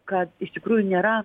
kad iš tikrųjų nėra